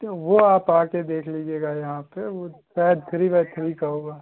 तो वो आप आ के देख लीजिएगा यहाँ पर वो शायद थ्री बाय थ्री का होगा